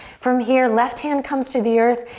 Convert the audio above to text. from here, left hand comes to the earth.